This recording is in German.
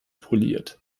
poliert